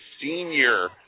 senior